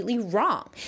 wrong